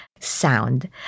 Sound